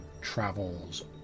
travels